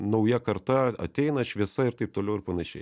nauja karta ateina šviesa ir taip toliau ir panašiai